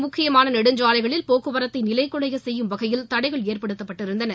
முக்கியமான நெடுஞ்சாலைகளில் போக்குவரத்தை நிலைகுலைய செய்யும் வகையில் தடைகள் ஏற்படுத்தப்பட்டிருந்தன